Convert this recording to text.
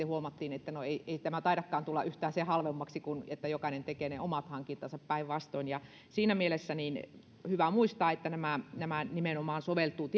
huomattiin että no ei ei tämä taidakaan tulla yhtään sen halvemmaksi kuin että jokainen tekee ne omat hankintansa päinvastoin siinä mielessä on hyvä muistaa että nämä nämä nimenomaan soveltuvat